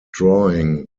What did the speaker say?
drawing